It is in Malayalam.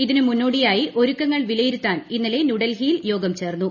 ഇതിന് മുന്നോടി യായി ഒരുക്കങ്ങൾ വിലയിരുത്താൻ ഇന്നലെ ന്യൂഡൽഹിയിൽ യോഗം ചേർന്നു